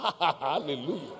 hallelujah